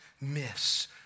miss